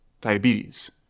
Diabetes